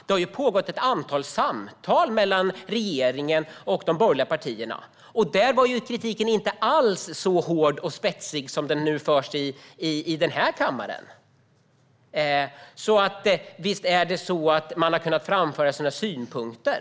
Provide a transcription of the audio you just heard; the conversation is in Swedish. Det har pågått ett antal samtal mellan regeringen och de borgerliga partierna, och där var kritiken inte alls så hård och spetsig som nu i den här kammaren. Visst är det så att man har kunnat framföra sina synpunkter!